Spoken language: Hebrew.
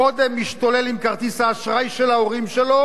קודם משתולל עם כרטיס האשראי של ההורים שלו,